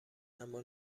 اما